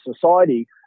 society